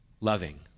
Loving